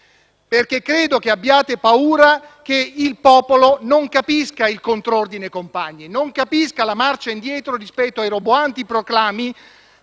perché credo che abbiate paura che il popolo non capisca il «contrordine, compagni», non capisca la marcia indietro rispetto ai roboanti proclami